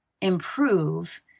improve